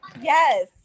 Yes